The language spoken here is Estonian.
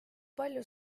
palju